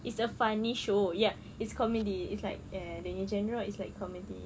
it's a funny show ya it's comedy it's like eh dia nya genre is like comedy